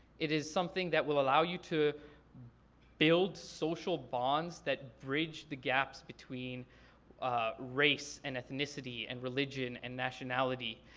it is something that will allow you to build social bonds that bridge the gaps between race and ethnicity, and religion and nationality.